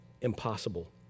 impossible